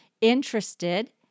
interested